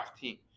team